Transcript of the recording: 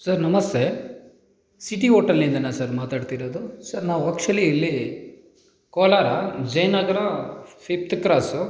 sir ನಮಸ್ತೆ city ಓಟಲ್ನಿಂದಲಾ sir ಮಾತಾಡ್ತಿರೋದು ಸರ್ ನಾವು ಅಕ್ಚುಲಿ ಇಲ್ಲಿ ಕೋಲಾರ ಜಯ್ನಗರ ಫಿಫ್ತ್ ಕ್ರಾಸು